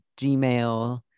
Gmail